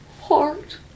heart